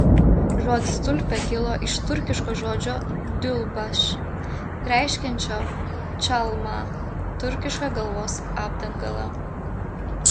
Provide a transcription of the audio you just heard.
žodis tulpė kilo iš turkiško žodžio diulbaš reiškiančio čalmą turkišką galvos apdangalą